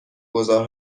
گذار